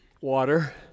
water